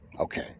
Okay